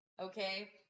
Okay